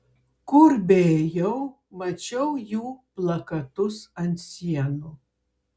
kur beėjau mačiau jų plakatus ant sienų